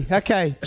okay